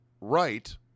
right